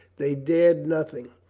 they dared nothing.